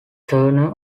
turner